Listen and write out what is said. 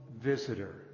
visitor